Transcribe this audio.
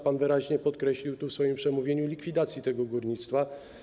Pan wyraźnie podkreślił w swoim przemówieniu likwidację górnictwa.